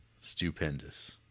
Stupendous